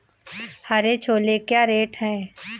हरे छोले क्या रेट हैं?